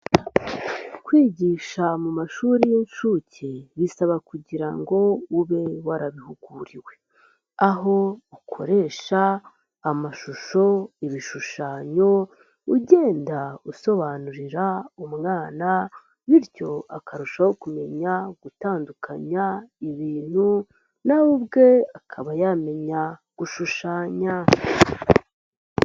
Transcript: Kwigisha mu mashuri y'inshuke bisaba kugira ngo ube warabihuguriwe. Aho ukoresha: amashusho, ibishushanyo, ugenda usobanurira umwana bityo akarushaho kumenya gutandukanya ibintu, na we ubwe akaba yamenya gushushanya.